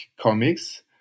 comics